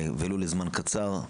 ולו לזמן קצר,